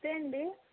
నమస్తే అండి